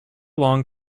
long